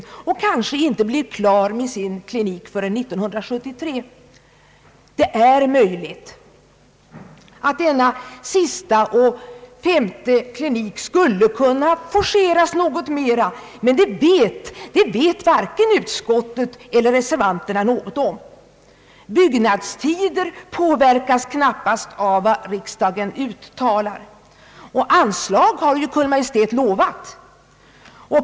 Den kliniken kanske inte blir klar förrän 1973. Det är möjligt att denna sista och femte klinik skulle kunna forceras något mera, men det vet varken utskottet eller reservanterna något om. Byggnadstiden påverkas knappast av vad riksdagen uttalar, och anslaget har Kungl. Maj:t lovat.